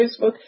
Facebook